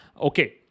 okay